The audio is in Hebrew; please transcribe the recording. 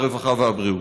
הרווחה והבריאות.